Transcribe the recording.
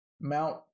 Mount